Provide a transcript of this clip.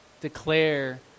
declare